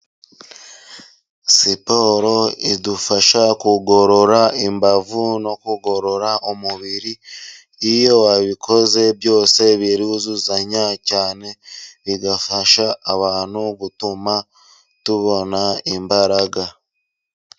Siporo idufasha kugorora imbavu no kugorora umubiri, iyo wabikoze byose biruzuzanya cyane, bigafasha abantu gutuma tubona imbaraga.